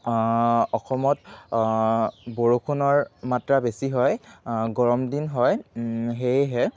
অসমত বৰষুণৰ মাত্ৰা বেছি হয় গৰম দিন হয় সেয়েহে